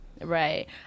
Right